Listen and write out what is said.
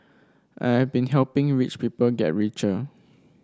I'd been helping rich people get richer